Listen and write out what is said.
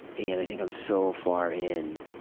and i think i'm so far in